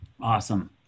Awesome